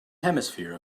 hemisphere